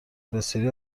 بسیاری